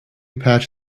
patch